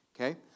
okay